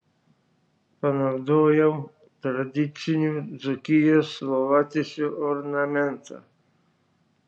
panaudojau tradicinių dzūkijos lovatiesių ornamentą